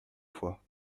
fois